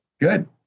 good